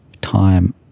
time